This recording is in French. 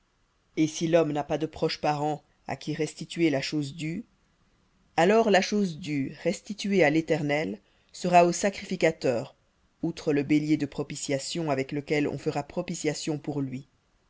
et si l'homme n'a pas de proche parent à qui restituer la chose due alors la chose due restituée à l'éternel sera au sacrificateur outre le bélier de propitiation avec lequel on fera propitiation pour lui